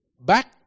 back